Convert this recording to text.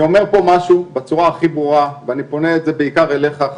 אני אומר פה משהו בצורה הכי ברורה ואני פונה בעיקר אליך,